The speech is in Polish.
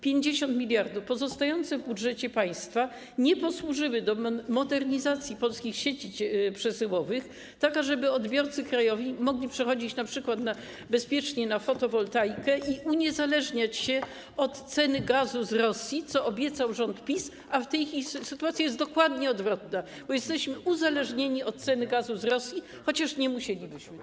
50 mld pozostające w budżecie państwa nie posłużyły do modernizacji polskich sieci przesyłowych, tak żeby odbiorcy krajowi mogli przechodzić bezpiecznie np. na fotowoltaikę i uniezależniać się od ceny gazu z Rosji, co obiecał rząd PiS, a w tej sytuacji jest dokładnie odwrotnie, bo jesteśmy uzależnieni od ceny gazu z Rosji, chociaż nie musielibyśmy być.